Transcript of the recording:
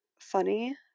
funny